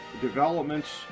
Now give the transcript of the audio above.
developments